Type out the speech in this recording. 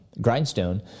grindstone